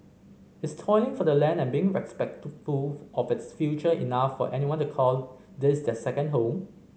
is toiling for the land and being respectful of its future enough for anyone to call this their second home